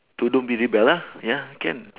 to don't be rebel lah ya can